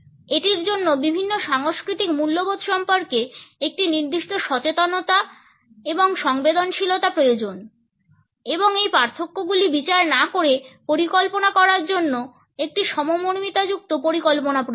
এটির জন্য বিভিন্ন সাংস্কৃতিক মূল্যবোধ সম্পর্কে একটি নির্দিষ্ট সচেতনতা এবং সংবেদনশীলতা প্রয়োজন এবং এই পার্থক্যগুলি বিচার না করে পরিকল্পনা করার জন্য একটি সমমর্মিতাযুক্ত পরিকল্পনা প্রয়োজন